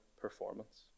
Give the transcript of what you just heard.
performance